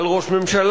על ראש ממשלה.